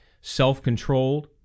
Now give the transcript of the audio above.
self-controlled